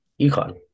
UConn